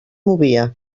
movia